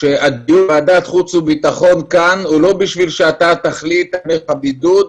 בוועדת חוץ וביטחון הוא לא בשביל שאתה תחליט על תהליך הבידוד,